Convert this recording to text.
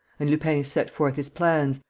and lupin set forth his plans,